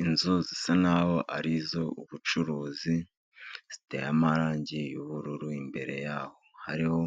Inzu zisa naho arizo ubucuruzi, ziteye amarangi y'ubururu. Imbere yaho hariho